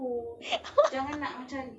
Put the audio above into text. tapi dah maki lah tu